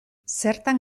zertan